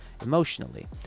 emotionally